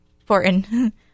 important